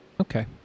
okay